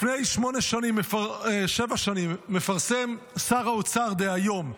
לפני שבע שנים מפרסם שר האוצר דהיום,